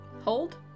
hold